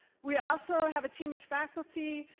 we also have a team faculty,